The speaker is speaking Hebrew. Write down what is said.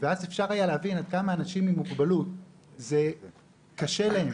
ואז אפשר היה להבין עד כמה אנשים עם מוגבלות זה קשה להם,